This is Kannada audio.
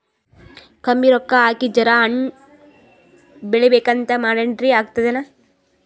ಕಮ್ಮಿ ರೊಕ್ಕ ಹಾಕಿ ಜರಾ ಹಣ್ ಬೆಳಿಬೇಕಂತ ಮಾಡಿನ್ರಿ, ಆಗ್ತದೇನ?